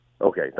Okay